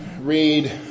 read